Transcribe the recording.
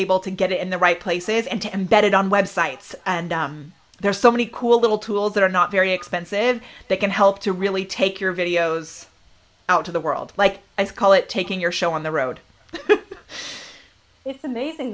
able to get it in the right places and to embed it on websites and there are so many cool little tools that are not very expensive that can help to really take your videos out to the world like i call it taking your show on the road it's amazing